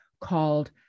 Called